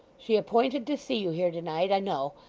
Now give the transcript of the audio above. she appointed to see you here to-night, i know,